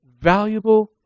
valuable